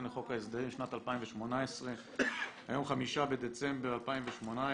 לחוק ההסדרים לשנת 2018. היום 5 בדצמבר 2018,